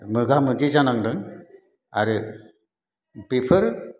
मोगा मोगि जानांदों आरो बेफोर